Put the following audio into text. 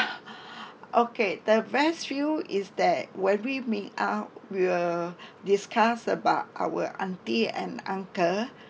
okay the best meal is that when we meet up we will discuss about our aunty and uncle